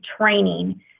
training